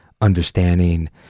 understanding